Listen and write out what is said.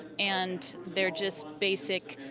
and they are just basic,